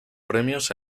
premios